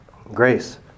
Grace